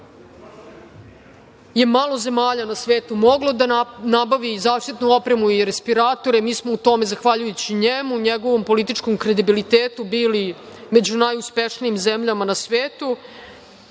je malo zemalja na svetu moglo da nabavi zaštitnu opremu i respiratore. Mi smo u tome, zahvaljujući njemu, njegovom političkom kredibilitetu bili među najuspešnijim zemljama na svetu